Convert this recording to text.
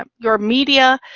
um your media,